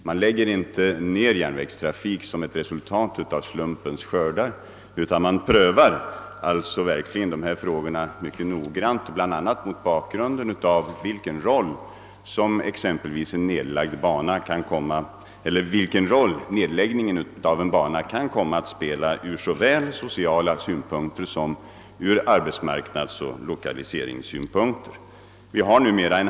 Man lägger inte ned järnvägstrafik som ett resultat av några slumpens skördar utan roan prövar frågorna mycket noggrant bl.a. mot bakgrunden av vilken betydelse som nedläggningen av en bandel kan få från såväl sociala Synpunkter som arbetsmarknadsoch lokaliseringssynpunkter.